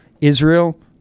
Israel